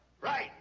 Right